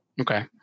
Okay